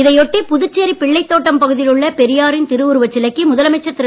இதை ஒட்டி புதுச்சேரி பிள்ளைத்தோட்டம் பகுதியில் உள்ள பெரியாரின் திருஉருவச் சிலைக்கு முதலமைச்சர் திரு